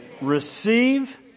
receive